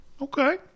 Okay